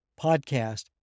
podcast